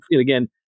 again